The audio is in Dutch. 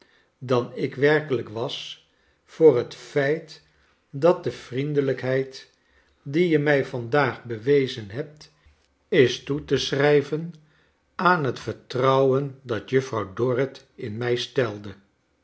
dan ik werkelijk wa s voor het feit dat de vriendelijkheid die je mij vandaag bewezen hebt is toe te schrijven aan het vertrouwen dat juffrouw dorrit in mij stelde